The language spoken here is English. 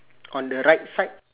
on the right side